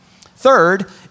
Third